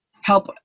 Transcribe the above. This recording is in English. help